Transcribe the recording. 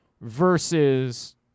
versus